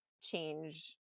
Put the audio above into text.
change